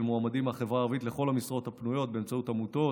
מועמדים מהחברה הערבית לכל המשרות הפניות באמצעות עמותות,